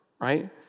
right